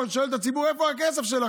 הוא שואל את הציבור: איפה הכסף שלכם?